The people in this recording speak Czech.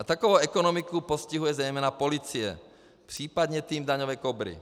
Takovou ekonomiku postihuje zejména policie, případně tým daňové Kobry.